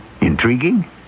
Intriguing